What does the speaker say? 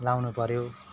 लाउनु पऱ्यो